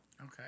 Okay